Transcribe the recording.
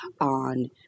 on